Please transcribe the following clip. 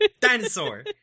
dinosaur